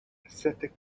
ascetic